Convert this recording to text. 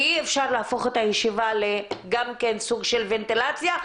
ואי אפשר להפוך את הישיבה לגם כן סוג של ונטילציה,